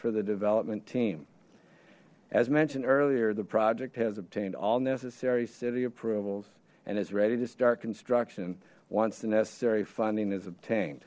for the development team as mentioned earlier the project has obtained all necessary city approvals and is ready to start construction once the necessary funding is